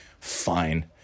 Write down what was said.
Fine